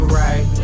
right